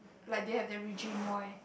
like they have their regime why